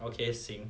okay 行